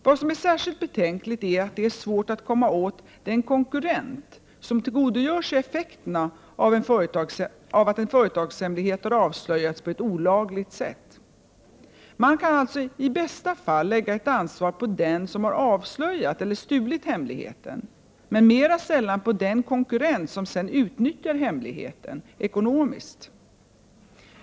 Vad som är särskilt betänkligt är att det är svårt att komma åt den konkurrent, som tillgodogör sig effekterna av att en företagshemlighet har avslöjats på ett olagligt sätt. Man kan alltså i bästa fall lägga ett ansvar på den som har avslöjat eller stulit hemligheten men mera sällan på den konkurrent som sedan utnyttjar hemligheten ekonomiskt.